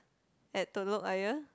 at telok ayer